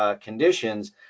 conditions